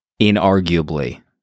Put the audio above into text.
Inarguably